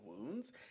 wounds